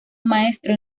maestro